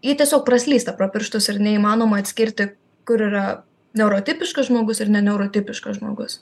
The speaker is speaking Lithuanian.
ji tiesiog praslysta pro pirštus ir neįmanoma atskirti kur yra neurotipiškas žmogus ir ne neurotipiškas žmogus